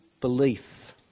belief